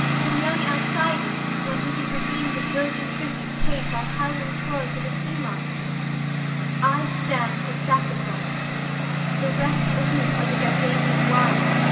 than young alcides when he did redeem the virgin tribute paid by howling troy to the sea-monster i stand for sacrifice the rest aloof are the dardanian wives,